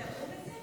המשפטים,.